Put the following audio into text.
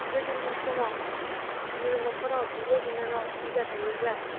गोदोनि समाव न'खराव बिब' बिनानाव बुरजा थायोब्ला